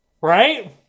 Right